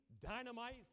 dynamite